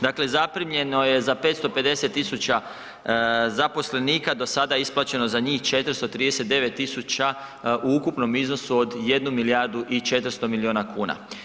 Dakle, zaprimljeno je za 550.000 zaposlenika, do sada je isplaćeno za njih 439.000 u ukupnom iznosu od 1 milijardu i 400 miliona kuna.